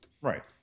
Right